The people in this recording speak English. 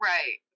Right